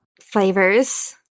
flavors